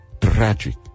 tragic